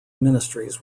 ministries